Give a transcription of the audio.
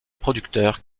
producteur